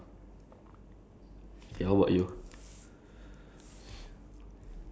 being at being angry but the thing is he is angry at like like the smallest thing